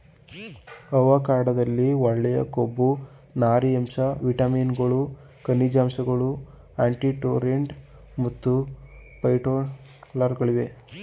ಅವಕಾಡೊದಲ್ಲಿ ಒಳ್ಳೆಯ ಕೊಬ್ಬು ನಾರಿನಾಂಶ ವಿಟಮಿನ್ಗಳು ಖನಿಜಾಂಶಗಳು ಆಂಟಿಆಕ್ಸಿಡೆಂಟ್ ಮತ್ತು ಫೈಟೊಸ್ಟೆರಾಲ್ಗಳಿವೆ